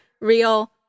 real